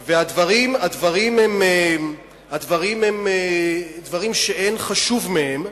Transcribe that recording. הדברים הם דברים שאין חשוב מהם,